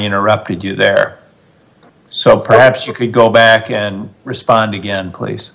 interrupted you there so perhaps you could go back and respond again please